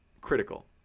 critical